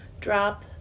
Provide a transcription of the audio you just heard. Drop